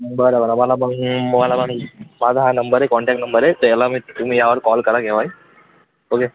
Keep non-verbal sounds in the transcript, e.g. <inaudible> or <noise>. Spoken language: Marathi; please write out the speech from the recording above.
बरं बरं मला <unintelligible> माझा हा नंबर आहे कॉन्टक्ट नंबर आहे त्याला मी तुम्ही यावर कॉल करा केव्हाही ओके